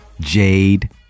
Jade